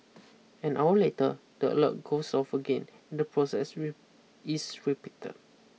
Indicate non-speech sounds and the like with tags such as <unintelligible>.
an hour later the alert goes off again and the process <unintelligible> is repeated